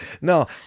no